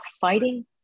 fighting